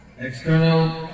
External